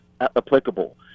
applicable